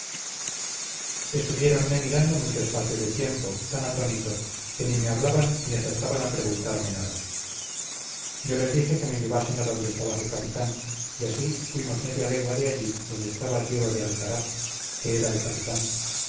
estuviéronme mirando mucho espacio de tiempo tan atónitos que ni me hablaban ni acertaban a preguntarme nada yo les dije que me llevasen a donde estaba su capitán y así fuimos media legua de allí donde estaba diego de alcaraz que era el capitán